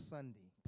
Sunday